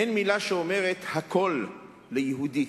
אין מלה שאומרת הכול ליהודי,